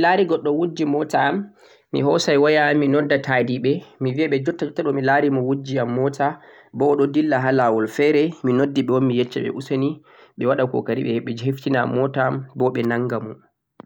to mi laari goɗɗo wujji moota am, mi hoosay waya am mi nodda ta'diɓe mi biya ɓe jotta jotta ɗo mi laari mo wujji yam moota, bo o ɗo dilla ha laawol feere, mi bo mi yecca ɓe useni ɓe waɗa ƙoƙari ɓe hefti na am moota am bo ɓe nannga mo.